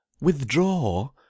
withdraw